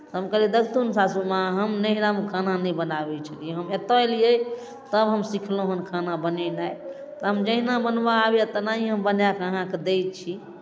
हम कहलियै देखथुन सासूमाँ हम नहिरामे खाना नहि बनाबै छलियै हम एतय एलियै तऽ हम सिखलहुँ हेँ खाना बनेनाइ तऽ हम जहिना बनबय आबैए तेनाही हम बनाए कऽ अहाँकेँ दै छी